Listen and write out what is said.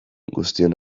guztion